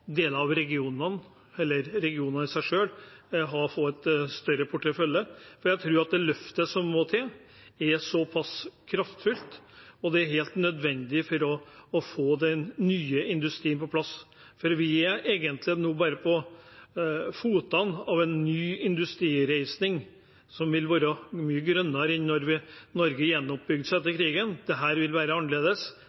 deler av regionene, eller regionene i seg selv, få en større portefølje, for jeg tror at det løftet som må til, er såpass kraftfullt, og det er helt nødvendig for å få den nye industrien på plass. Vi er nå bare ved foten av en ny industrireising, som vil være mye grønnere enn da Norge